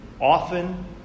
often